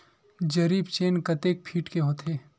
जरीब चेन कतेक फीट के होथे?